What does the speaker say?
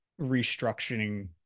restructuring